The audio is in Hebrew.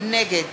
נגד